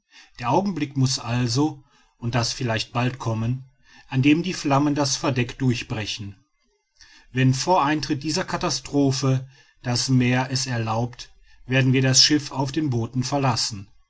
der augenblick muß also und das vielleicht bald kommen an dem die flammen das verdeck durchbrechen wenn vor eintritt dieser katastrophe das meer es erlaubt werden wir das schiff auf den booten verlassen